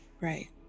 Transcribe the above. Right